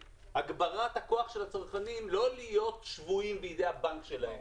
הגברת הכוח של הצרכנים לא להיות שבויים בידי הבנק שלהם